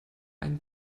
einen